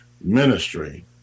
ministry